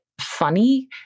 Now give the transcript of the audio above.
funny